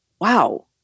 wow